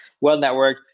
well-networked